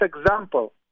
example